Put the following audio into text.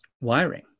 wiring